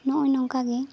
ᱱᱚᱜ ᱚᱭ ᱱᱚᱝᱠᱟ ᱜᱮ